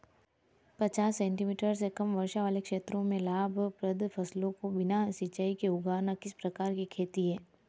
पचास सेंटीमीटर से कम वर्षा वाले क्षेत्रों में लाभप्रद फसलों को बिना सिंचाई के उगाना किस प्रकार की खेती है?